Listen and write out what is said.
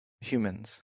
humans